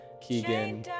Keegan